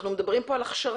אנחנו מדברים פה על הכשרה.